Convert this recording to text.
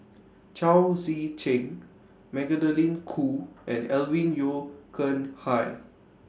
Chao Tzee Cheng Magdalene Khoo and Alvin Yeo Khirn Hai